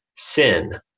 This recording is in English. sin